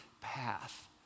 path